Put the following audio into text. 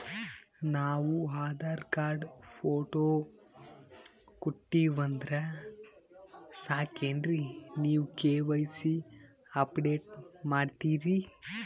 ನಾವು Aadhaar card, photo ಕೊಟ್ಟೀವಂದ್ರ ಸಾಕೇನ್ರಿ ನೀವ ಕೆ.ವೈ.ಸಿ ಅಪಡೇಟ ಮಾಡ್ತೀರಿ?